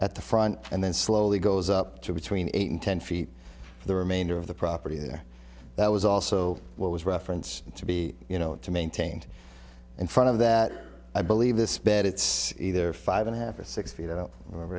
at the front and then slowly goes up to between eight and ten feet the remainder of the property there that was also what was reference to be you know to maintained in front of that i believe this bed it's either five and a half or six feet i don't remember